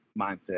mindset